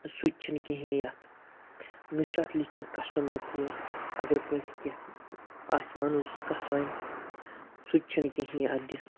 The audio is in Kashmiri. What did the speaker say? سُہ تہِ چھِنہٕ کِہیٖنۍ یَتھ نہ چھِ اَتھ لیکھِتھ کسٹٔمَر کِیَر اگر کٲنٛسہِ کینٛہہ آسہِ وَنُن سُہ کَس وَنہِ سُہ تہِ چھِنہٕ کِہیٖنۍ اَتھ دِتھ